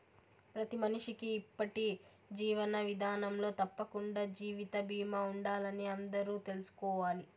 ప్రతి మనిషికీ ఇప్పటి జీవన విదానంలో తప్పకండా జీవిత బీమా ఉండాలని అందరూ తెల్సుకోవాలి